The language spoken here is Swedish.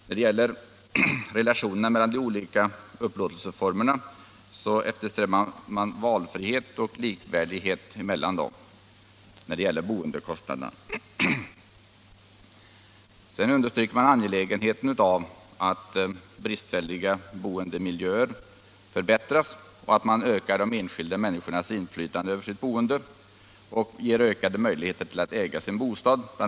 När det gäller relationerna mellan de olika upplåtelseformerna eftersträvar man valfrihet och likvärdighet dem emellan när det gäller boendekostnaderna. Regeringen understryker det angelägna i att bristfälliga boendemiljöer förbättras och att man ökar de enskilda människornas inflytande över sitt boende och ger ökade möjligheter till att äga sin bostad. BI.